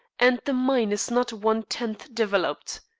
and the mine is not one-tenth developed.